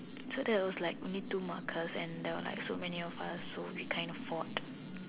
so there was like only two markers and there were like so many of us so we kind of fought